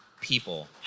people